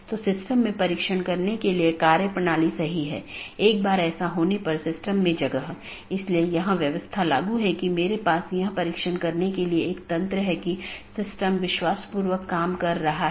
तो मुख्य रूप से ऑटॉनमस सिस्टम मल्टी होम हैं या पारगमन स्टब उन परिदृश्यों का एक विशेष मामला है